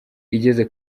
igeze